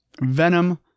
Venom